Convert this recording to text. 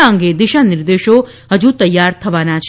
આ અંગે દિશા નિર્દેશો હજુ તૈયાર થવાના છે